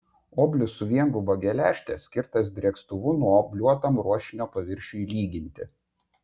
oblius su vienguba geležte skirtas drėkstuvu nuobliuotam ruošinio paviršiui lyginti